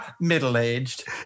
middle-aged